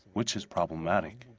which is problematic.